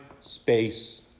space